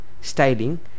styling